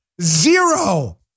Zero